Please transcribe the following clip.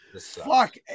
Fuck